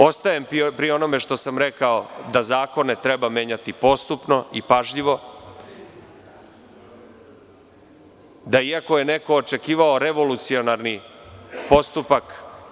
Ostajem pri onome što sam rekao da zakone treba menjati postupno i pažljivo, da iako je neko očekivao revolucionarni postupak.